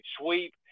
sweep